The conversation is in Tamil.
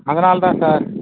அதனால தான் சார்